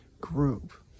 group